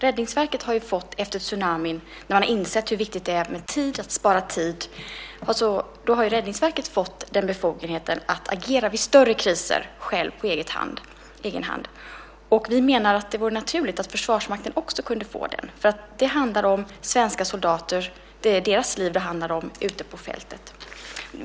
Räddningsverket har ju efter tsunamin, när man har insett hur viktigt det är att spara tid, fått befogenheten att agera vid större kriser på egen hand. Vi menar att det vore naturligt att Försvarsmakten också kunde få det. Det handlar om svenska soldater. Det är deras liv det handlar om ute på fältet.